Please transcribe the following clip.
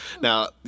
Now